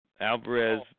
Alvarez